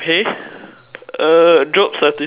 uh job satisfaction